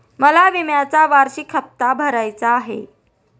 मला विम्याचा वार्षिक हप्ता भरायचा आहे